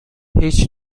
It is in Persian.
هیچ